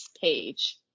page